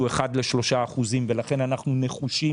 שהוא 1 ל-3%, ולכן אנחנו נחושים.